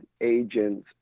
agents